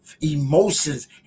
emotions